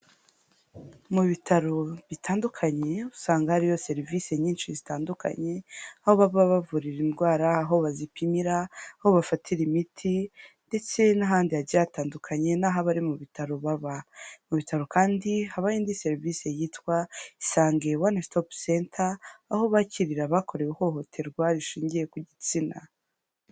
Mu bitaro bitandukanye usanga hariyo serivisi nyinshi zitandukanye: aho baba bavurira indwara, aho bazipimira, aho bafatira imiti, ndetse n'ahandi hagiye hatandukanye, n'aho abari mu bitaro baba, mu bitaro kandi habayo indi serivisi yitwa: Isange one stop center, aho bakirira abakorewe ihohoterwa rishingiye ku gitsina.